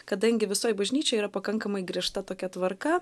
kadangi visoj bažnyčioj yra pakankamai griežta tokia tvarka